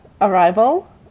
Arrival